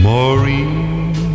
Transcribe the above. Maureen